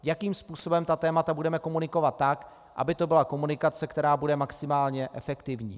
Jakým způsobem témata budeme komunikovat tak, aby to byla komunikace, která bude maximálně efektivní.